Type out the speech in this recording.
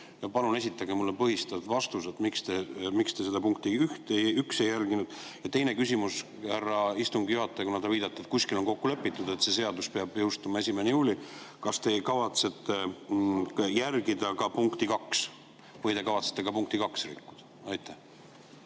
Palun esitage mulle põhistatud vastus, miks te seda punkti 1 ei järginud. Ja teine küsimus, härra istungi juhataja, kuna ta väidate, et kuskil on kokku lepitud, et see seadus peab jõustuma 1. juulil: kas te kavatsete järgida ka punkti 2 või te kavatsete ka punkti 2 rikkuda? Aitäh,